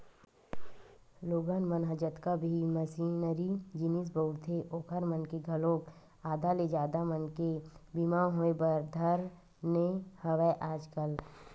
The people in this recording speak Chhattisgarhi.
लोगन मन ह जतका भी मसीनरी जिनिस बउरथे ओखर मन के घलोक आधा ले जादा मनके बीमा होय बर धर ने हवय आजकल